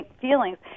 feelings